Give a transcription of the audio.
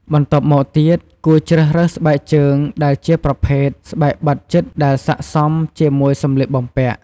បន្ទាប់មកទៀតគួរជ្រើសរើសស្បែកជើងដែលជាប្រភេទស្បែកបិទជិតដែលស័ក្តិសមជាមួយសម្លៀកបំពាក់។